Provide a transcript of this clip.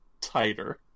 tighter